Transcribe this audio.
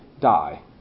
Die